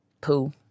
poo